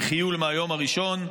עם חיול מהיום הראשון,